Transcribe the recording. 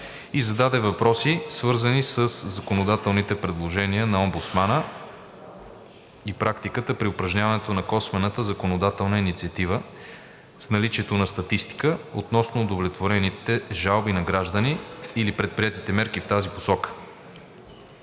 и зададе въпроси, свързани със законодателните предложения на омбудсмана и практиката при упражняването на косвената законодателна инициатива, с наличието на статистика, относно удовлетворените жалби на граждани или предприетите мерки в тази насока.